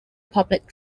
public